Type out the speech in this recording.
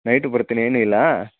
night ಬರ್ತೀನಿ ಏನು ಇಲ್ಲ